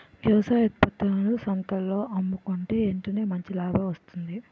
వ్యవసాయ ఉత్త్పత్తులను సంతల్లో అమ్ముకుంటే ఎంటనే మంచి లాభం వస్తాది